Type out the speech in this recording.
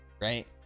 right